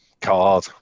card